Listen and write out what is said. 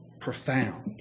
profound